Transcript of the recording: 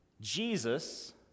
Jesus